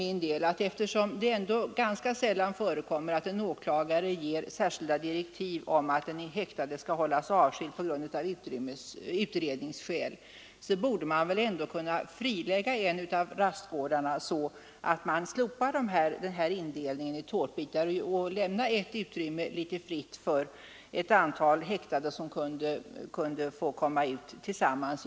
Men eftersom det ganska sällan förekommer att en åklagare ger direktiv om att en häktad skall hållas avskild av utredningsskäl tycker jag att man borde kunna frilägga en av rastgårdarna, slopa indelningen i tårtbitar och lämna ett större utrymme fritt där ett antal häktade kunde få komma ut tillsammans.